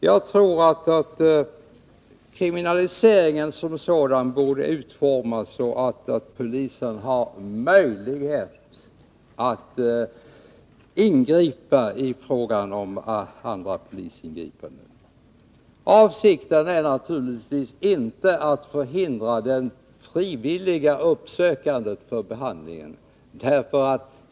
Jag tror att kriminaliseringen som sådan borde utformas så att polisen har möjlighet att ingripa även i samband med andra polisingripanden. Avsikten är naturligtvis inte att förhindra den frivilliga uppsökande behandlingen.